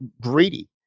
greedy